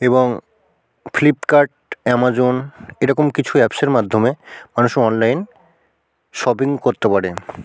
এবং Flipkart Amazon এরকম কিছু অ্যাপসের মাধ্যমে অনেক সময় অনলাইন শপিং করতে পারেন